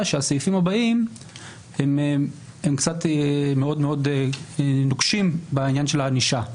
שהסעיפים הבאים הם מאוד נוקשים בעניין של הענישה.